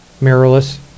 mirrorless